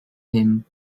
him